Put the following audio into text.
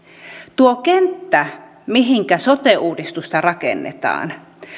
tuo kenttä mihinkä sote uudistusta rakennetaan